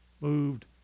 Moved